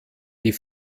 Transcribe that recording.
die